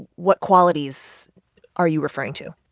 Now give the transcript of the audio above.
what qualities are you referring to?